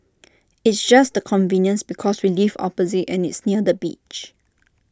it's just the convenience because we live opposite and it's near the beach